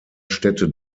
städte